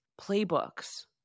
playbooks